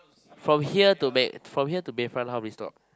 from here to bay~ from here to Bayfront how many stops